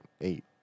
eight